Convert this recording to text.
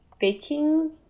baking